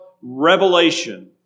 revelation